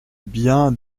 bien